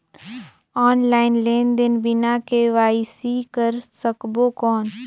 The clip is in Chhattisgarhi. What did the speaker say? ऑनलाइन लेनदेन बिना के.वाई.सी कर सकबो कौन??